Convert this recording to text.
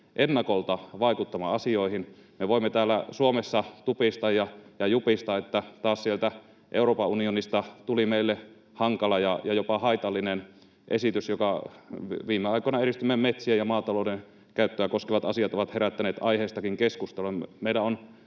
ennakolta vaikuttamaan asioihin. Me voimme täällä Suomessa tupista ja jupista, että taas sieltä Euroopan unionista tuli meille hankala ja jopa haitallinen esitys. Viime aikoina edistämämme metsiä ja maatalouden käyttöä koskevat asiat ovat herättäneet aiheestakin keskustelua. Meidän on